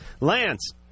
Lance